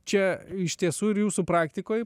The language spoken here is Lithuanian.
čia iš tiesų ir jūsų praktikoj